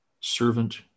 servant